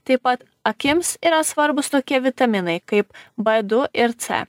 taip pat akims yra svarbūs tokie vitaminai kaip b du ir c